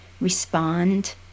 respond